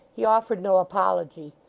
he offered no apology,